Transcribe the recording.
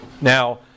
Now